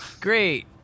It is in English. Great